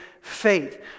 faith